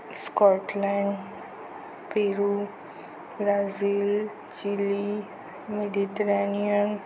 Scotland Peru Brazil Chile mediterranean